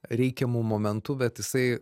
reikiamu momentu bet jisai